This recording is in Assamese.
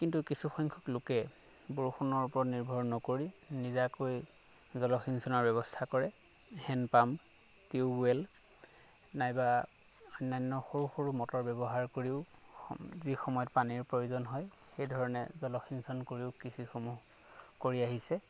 কিন্তু কিছু সংখ্যক লোকে বৰষুণৰ ওপৰত নিৰ্ভৰ নকৰি নিজাকৈ জলসিঞ্চনৰ ব্যৱস্থা কৰে হেণ্ডপাম টিউবৱেল নাইবা অন্যান্য সৰু সৰু মটৰ ব্যৱহাৰ কৰিও স যিসময়ত পানীৰ প্ৰয়োজন হয় সেইধৰণে জলসিঞ্চন কৰিও কৃষিসমূহ কৰি আহিছে